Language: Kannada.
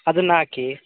ಅದನ್ನ ಹಾಕಿ